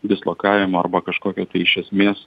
dislokavimo arba kažkokio tai iš esmės